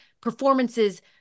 performances